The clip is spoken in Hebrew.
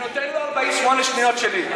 אני נותן לו 48 שניות שלי.